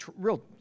real